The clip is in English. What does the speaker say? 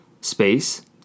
space